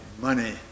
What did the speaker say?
money